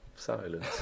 Silence